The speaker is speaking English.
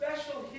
special